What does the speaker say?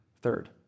Third